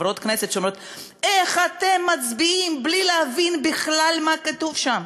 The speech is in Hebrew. חברות כנסת שאומרות: איך אתם מצביעים בלי להבין בכלל מה כתוב שם?